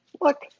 Look